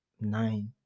nine